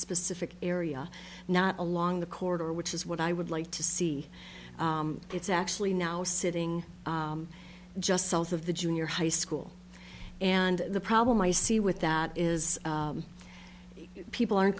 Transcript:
specific area not along the corridor which is what i would like to see it's actually now sitting just south of the junior high school and the problem i see with that is people aren't